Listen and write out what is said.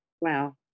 Wow